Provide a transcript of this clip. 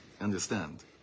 understand